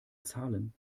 zahlen